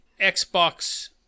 Xbox